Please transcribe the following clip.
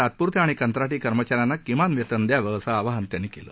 तात्पुरत्या आणि कंत्राटी कर्मचा यांना किमान वेतन द्यावं असं आवाहन त्यांनी केलं